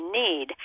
need